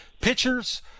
pitchers